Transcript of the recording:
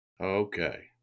Okay